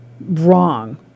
wrong